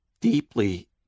deeply